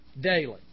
Daily